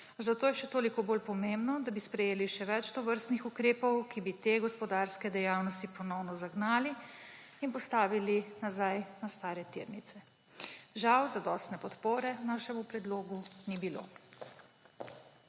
Zato je še toliko bolj pomembno, da bi sprejeli še več tovrstnih ukrepov, ki bi te gospodarske dejavnosti ponovno zagnali in postavili nazaj na stare tirnice. Žal zadostne podpore našemu predlogu ni bilo.